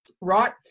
Right